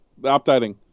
updating